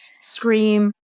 scream